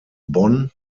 bonn